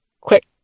quick